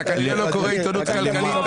אתה כנראה לא קורא עיתונות כלכלית.